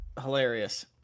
hilarious